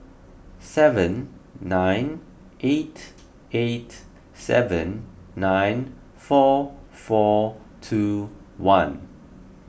seven nine eight eight seven nine four four two one